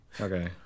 Okay